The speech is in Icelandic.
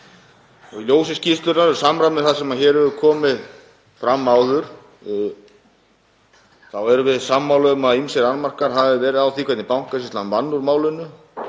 ljósi skýrslunnar og í samræmi við það sem hér hefur komið fram áður þá erum við sammála um að ýmsir annmarkar hafi verið á því hvernig Bankasýslan vann úr málinu,